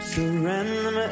Surrender